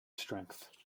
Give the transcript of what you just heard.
strength